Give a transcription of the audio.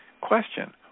question